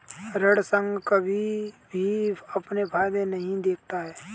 ऋण संघ कभी भी अपने फायदे नहीं देखता है